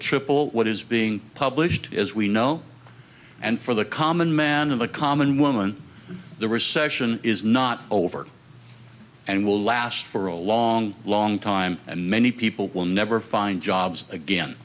triple what is being published as we know and for the common man of the common woman the recession is not over and will last for a long long time and many people will never find jobs again